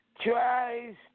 tries